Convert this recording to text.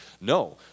No